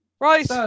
Right